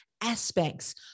aspects